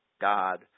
God